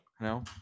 No